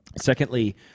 Secondly